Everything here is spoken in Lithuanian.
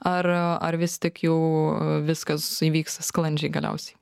ar ar vis tik jau viskas įvyks sklandžiai galiausiai